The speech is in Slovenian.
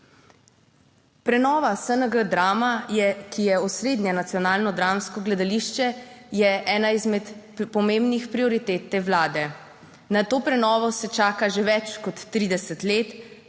Prenova SNG Drama, ki je osrednje nacionalno dramsko gledališče, je ena izmed pomembnih prioritet te vlade. Na to prenovo se čaka že več kot 30 let.